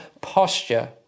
posture